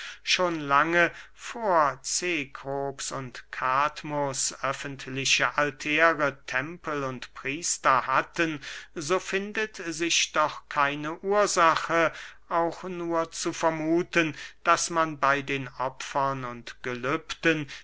schon lange vor cekrops und kadmus öffentliche altäre tempel und priester hatten so findet sich doch keine ursache auch nur zu vermuthen daß man bey den opfern und gelübden